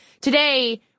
Today